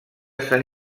sant